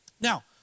Now